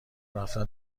رفتن